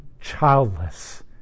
childless